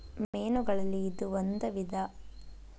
ಮೇನುಗಳಲ್ಲಿ ಇದು ಒಂದ ವಿಧಾ